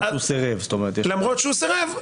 למרות שהוא סירב,